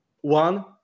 One